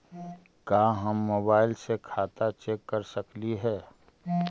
का हम मोबाईल से खाता चेक कर सकली हे?